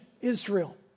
Israel